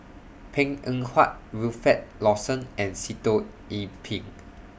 Png Eng Huat Wilfed Lawson and Sitoh Yih Pin